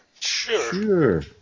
Sure